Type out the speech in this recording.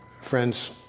Friends